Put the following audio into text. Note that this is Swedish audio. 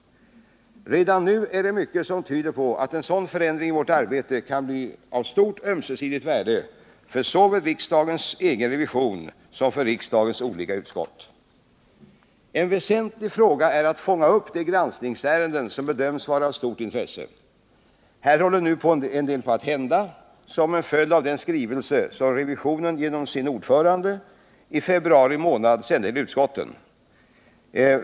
Redan nu är det mycket som tyder på att en sådan förändring i vårt arbete kan bli av stort ömsesidigt värde för såväl riksdagens egen revision som riksdagens olika utskott. En väsentlig fråga är att fånga upp de granskningsärenden som bedöms vara av stort intresse. Här håller nu en del på att hända som en följd av en skrivelse som revisionen genom sin ordförande i februari månad sände till utskotten.